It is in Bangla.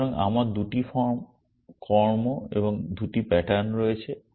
সুতরাং আমার 2টি কর্ম এবং 2টি প্যাটার্ন রয়েছে